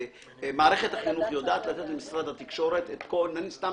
שמערכת החינוך יודעת לתת למשרד התקשורת - סתם